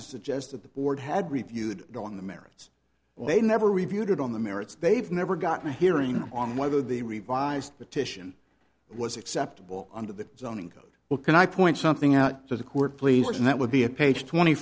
to suggest that the board had reviewed no on the merits they never reviewed it on the merits they've never gotten a hearing on whether the revised petition was acceptable under the zoning code well can i point something out to the court please and that would be a page twenty